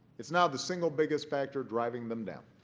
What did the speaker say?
it's now the single biggest factor driving them down.